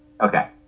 okay